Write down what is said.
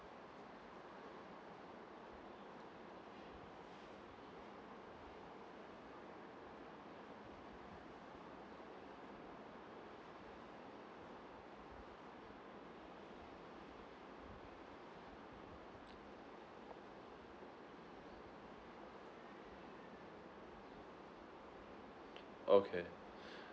okay